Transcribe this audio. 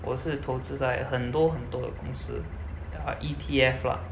我是投资在很多很多的公司 uh E_T_F lah